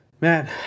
Man